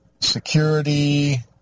Security